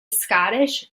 scottish